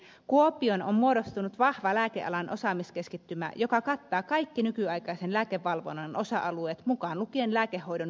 kuopioon on muodostunut vahva lääkealan osaamiskeskittymä joka kattaa kaikki nykyaikaisen lääkevalvonnan osa alueet mukaan lukien lääkehoidon vaikuttavuuden arviointi